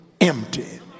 empty